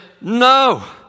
no